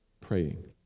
praying